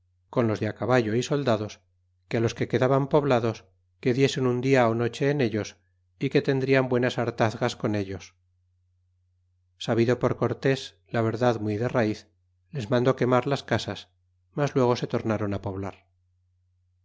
con los de caballo y soldados que é los que quedaban poblados que diesen un dia ó noche en ellos y que tendrian buenas hartazgas con ellos y sabido por cortes la verdad muy de raiz les mandó quemar las casas mas luego se tornron poblar